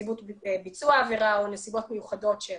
נסיבות ביצוע העבירה או נסיבות מיוחדות של